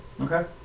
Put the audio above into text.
Okay